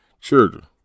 children